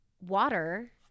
water